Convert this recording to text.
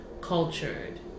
cultured